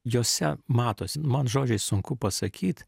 jose matosi man žodžiais sunku pasakyt